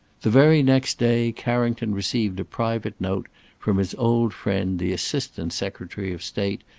the very next day carrington received a private note from his old friend, the assistant secretary of state,